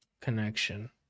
Connection